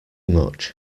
much